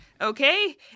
okay